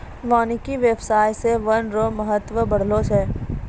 वानिकी व्याबसाय से वन रो महत्व बढ़लो छै